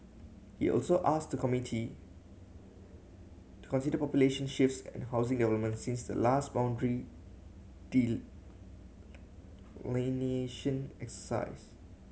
he also asked the committee to consider population shifts and housing developments since the last boundary delineation exercise